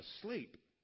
asleep